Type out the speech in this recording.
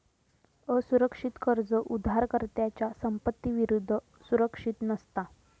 असुरक्षित कर्ज उधारकर्त्याच्या संपत्ती विरुद्ध सुरक्षित नसता